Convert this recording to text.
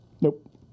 Nope